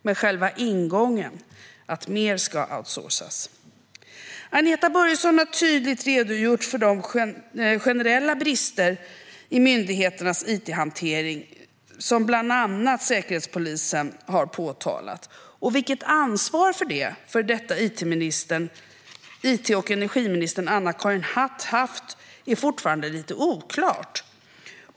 Men själva ingången var att mer ska outsourcas. Agneta Börjesson har tydligt redogjort för de generella brister i myndigheternas it-hantering som bland annat Säkerhetspolisen har påtalat. Vilket ansvar för det som före detta it och energiministern Anna-Karin Hatt har haft är fortfarande lite oklart.